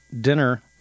dinner